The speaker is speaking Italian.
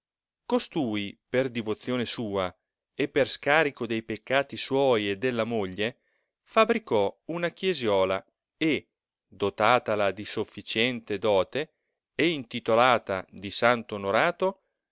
costui per divozione sua e per scarico dei peccati suoi e della moglie fabricò una chiesiola e dotatala di sotficiente dote e intitolata di santo onorato